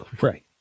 Right